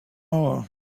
hour